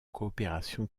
coopération